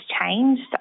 changed